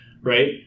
right